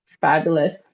Fabulous